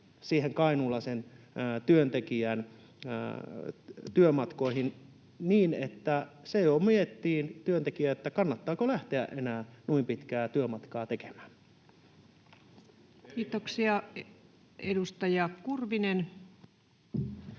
niihin kainuulaisen työntekijän työmatkoihin niin, että se työntekijä jo miettii, kannattaako lähteä enää noin pitkää työmatkaa tekemään. [Timo Harakka: Erinomainen